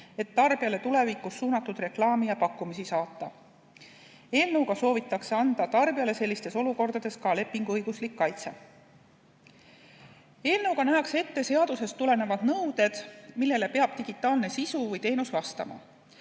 et tarbijale tulevikus suunatud reklaami ja pakkumisi saata. Eelnõuga soovitakse anda tarbijale sellistes olukordades ka lepinguõiguslik kaitse. Eelnõuga nähakse ette seadusest tulenevad nõuded, millele peab digitaalne sisu või teenus vastama.